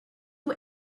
you